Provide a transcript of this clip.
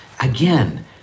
Again